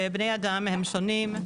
ובני אדם הם שונים,